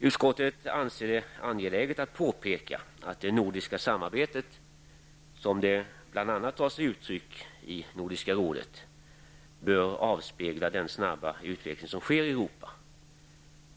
Utskottet anser det angeläget att påpeka att det nordiska samarbetet, som det bl.a. tar sig uttryck i Nordiska rådet, bör avspegla den snabba utveckling som sker i Europa.